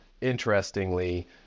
Interestingly